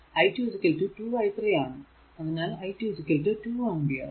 i2 2 i 3 ആണ് അതിനാൽ i2 2 ampere